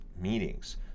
meetings